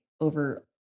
over